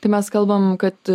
tai mes kalbam kad